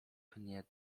pnie